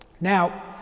Now